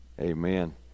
Amen